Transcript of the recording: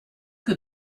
que